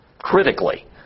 critically